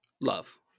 Love